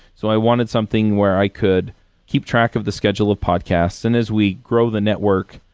so i wanted something where i could keep track of the schedule of podcasts. and as we grow the network,